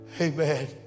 amen